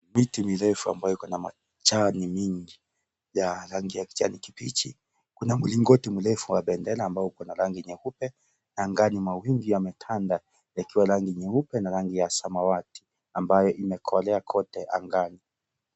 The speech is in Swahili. Miti ni refu ambayo iko na majani mingi ya rangi ya kijani kibichi, kuna mlingoti mrefu wa bendera ambao uko na rangi nyeupe angani mawingu yametanda yakiwa rangi nyeupe na rangi ya samawati ambayo imekolea kote angani.